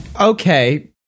Okay